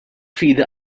fidi